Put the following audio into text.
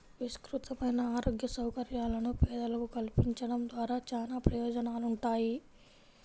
విస్తృతమైన ఆరోగ్య సౌకర్యాలను పేదలకు కల్పించడం ద్వారా చానా ప్రయోజనాలుంటాయి